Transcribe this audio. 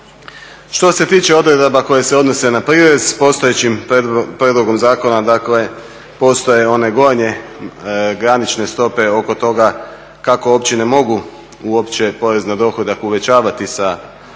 Što se tiče odredaba koje se odnose na prirez postojećim prijedlogom zakona, dakle postoje one gornje granične stope oko toga kako općine mogu uopće porez na dohodak uvećavati sa stopama